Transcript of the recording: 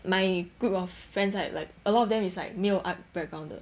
my group of friends right like a lot of them is like 没有 art background 的